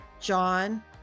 John